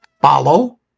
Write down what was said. follow